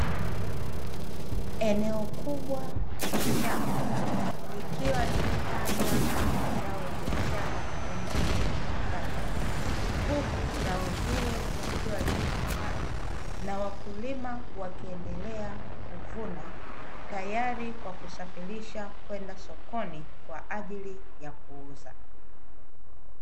Eneo kubwa la shamba, likiwa limepandwa zao la biashara aina ya viazi mbatata, huku zao hilo likiwa limekomaa na wakulima wakiendelea kuvuna, tayari kwa kusafirisha kwenda sokoni kwa ajili ya kuuza.